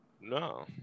No